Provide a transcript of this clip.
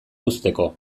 uzteko